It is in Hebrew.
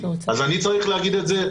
אז אני צריך להגיד את זה?